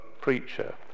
preacher